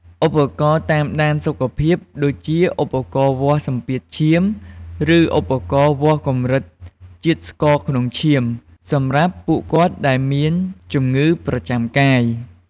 ឧបករណ៍តាមដានសុខភាព ដូចជាឧបករណ៍វាស់សម្ពាធឈាម ឬឧបករណ៍វាស់កម្រិតជាតិស្ករក្នុងឈាម សម្រាប់ពួកគាត់ដែលមានជំងឺប្រចាំកាយ។